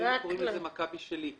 אצלנו קוראים לזה "מכבי שלי".